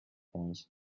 ones